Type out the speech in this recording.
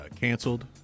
canceled